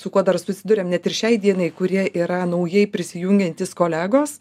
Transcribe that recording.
su kuo dar susiduriam net ir šiai dienai kurie yra naujai prisijungiantys kolegos